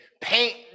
paint